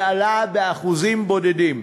ועלה באחוזים בודדים,